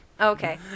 Okay